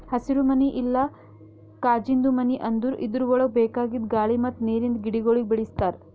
ಹಸಿರುಮನಿ ಇಲ್ಲಾ ಕಾಜಿಂದು ಮನಿ ಅಂದುರ್ ಇದುರ್ ಒಳಗ್ ಬೇಕಾಗಿದ್ ಗಾಳಿ ಮತ್ತ್ ನೀರಿಂದ ಗಿಡಗೊಳಿಗ್ ಬೆಳಿಸ್ತಾರ್